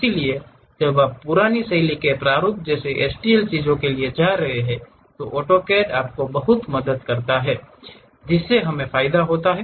इसलिए जब आप पुरानी शैली के प्रारूप जैसे एसटीएल चीजों के लिए जा रहे हैं ऑटोकैड बहुत मदद करता है जिससे हमें फायदा होता है